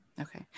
Okay